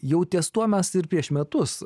jau ties tuo mes ir prieš metus